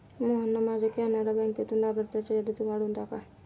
मोहनना माझ्या कॅनरा बँकेतून लाभार्थ्यांच्या यादीतून काढून टाका